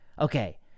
Okay